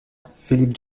philip